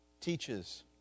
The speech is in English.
teaches